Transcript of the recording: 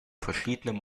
verschiedene